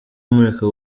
mureka